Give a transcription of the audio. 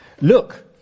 Look